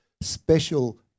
special